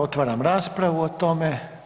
Otvaram raspravu o tome.